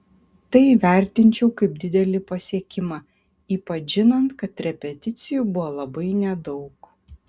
tai vertinčiau kaip didelį pasiekimą ypač žinant kad repeticijų buvo labai nedaug